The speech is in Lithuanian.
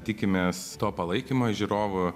tikimės to palaikymo žiūrovų